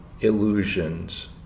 illusions